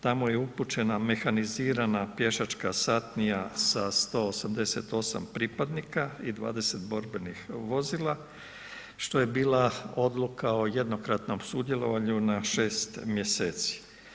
Tamo je upućena mehanizirana pješačka satnija sa 188 pripadnika i 20 borbenih vozila što je bila odluka o jednokratnom sudjelovanju na 6 mjeseci.